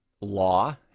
law